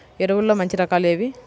ఎరువుల్లో మంచి రకాలు ఏవి?